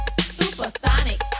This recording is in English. Supersonic